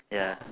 ya